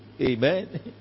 Amen